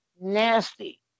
nasty